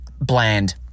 Bland